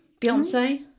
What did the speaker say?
Beyonce